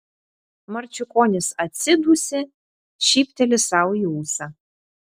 marčiukonis atsidūsi šypteli sau į ūsą